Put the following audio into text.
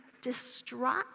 distraught